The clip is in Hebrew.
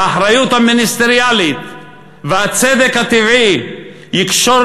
האחריות המיניסטריאלית והצדק הטבעי יקשרו